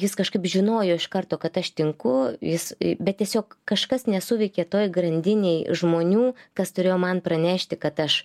jis kažkaip žinojo iš karto kad aš tinku jis bet tiesiog kažkas nesuveikė toj grandinėj žmonių kas turėjo man pranešti kad aš